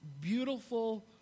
beautiful